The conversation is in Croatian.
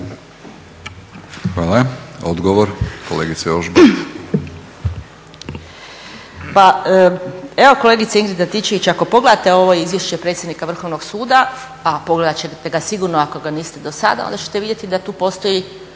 Hvala. Odgovor, kolegice Ožbolt.